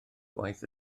gwaith